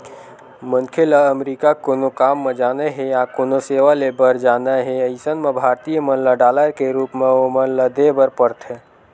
मनखे ल अमरीका कोनो काम म जाना हे या कोनो सेवा ले बर जाना हे अइसन म भारतीय मन ल डॉलर के रुप म ओमन ल देय बर परथे